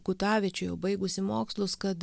kutavičiui jau baigusi mokslus kad